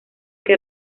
que